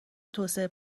توسعه